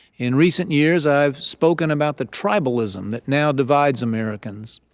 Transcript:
in recent years, i've spoken about the tribalism that now divides americans.